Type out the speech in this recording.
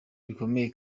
bikomeye